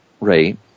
rate